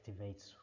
activates